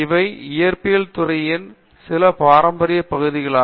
நிர்மலா இவை இயற்பியல் துறையின் சில பாரம்பரிய பகுதிகளாகும்